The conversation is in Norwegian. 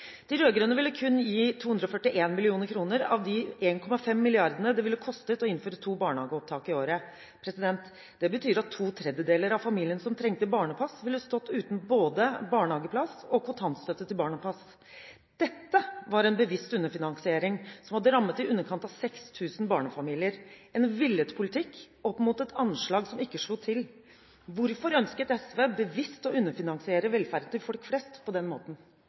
ville kostet å innføre to barnehageopptak i året. Det betyr at to tredjedeler av familiene som trengte barnepass, ville stått uten både barnehageplass og kontantstøtte til barnepass. Dette var en bevisst underfinansiering, som hadde rammet i underkant av 6 000 barnefamilier – en villet politikk opp mot et anslag som ikke slo til. Hvorfor ønsket SV bevisst å underfinansiere velferden til folk flest på den måten?